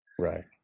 Right